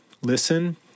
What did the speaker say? listen